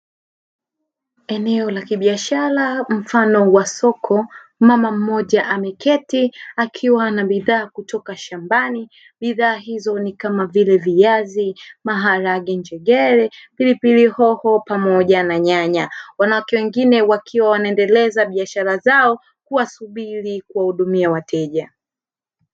Eneo la kibiashara mfano wa soko, mama mmoja ameketi akiwa na bidhaa kutoka shambani; bidhaa hizo ni kama vile: viazi, maharage, njegere, pilipili hoho pamoja na nyanya; wanawake wengine wakiwa wanaendeleza biashara zao kuwa subiri kuwahudumia wateja.